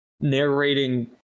narrating